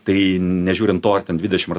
tai nežiūrint to ar ten dvidešim ar